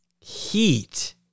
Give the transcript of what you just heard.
heat